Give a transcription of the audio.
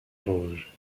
vosges